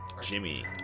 Jimmy